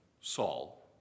Saul